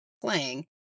playing